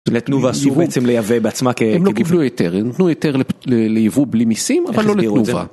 לתנובה אסור בעצם לייבא בעצמה, הם לא קיבלו היתר, הם נתנו היתר ליבוא בלי מיסים, אבל לא לתנובה.